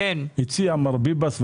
הציע כאן מר ביבס,